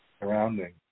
surrounding